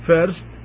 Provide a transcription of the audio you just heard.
first